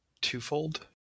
twofold